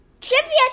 Trivia